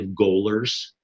goalers